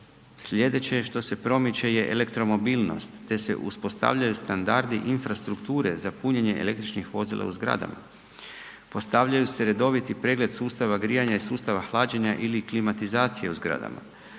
Slijedeće je što se promiče je elektromobilnost te se uspostavljaju standardi infrastrukture za punjenje električnih vozila u zgradama. Postavljaju se redoviti pregled sustava grijanja i sustava hlađenja ili klimatizacije u zgradama.